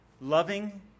loving